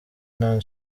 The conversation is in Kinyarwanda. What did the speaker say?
nta